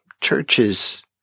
churches